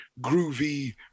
groovy